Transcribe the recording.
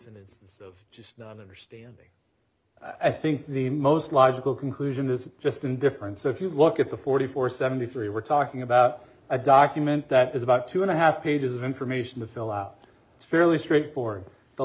of just not understanding i think the most logical conclusion is just indifference so if you look at the forty four seventy three we're talking about a document that is about two and a half pages of information to fill out it's fairly straight for the